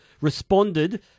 responded